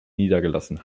niedergelassen